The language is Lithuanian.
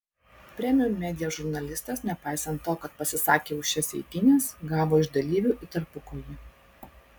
premium media žurnalistas nepaisant to kad pasisakė už šias eitynes gavo iš dalyvių į tarpukojį